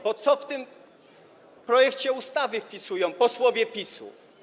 Bo co w tym projekcie ustawy zapisują posłowie PiS-u?